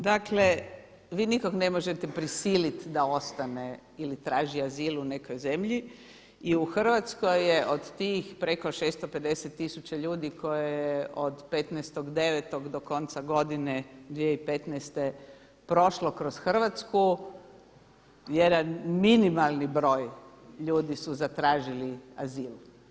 Dakle vi nikoga ne možete prisiliti da ostane ili traži azil u nekoj zemlji i u Hrvatskoj je od tih preko 650 tisuća ljudi koje je od 15.9. do konca godine 2015. prošlo kroz Hrvatsku, jedan minimalni broj ljudi su zatražili azil.